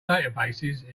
databases